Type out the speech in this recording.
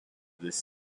this